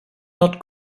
not